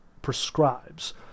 prescribes